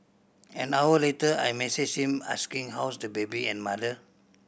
an hour later I messaged him asking how's the baby and mother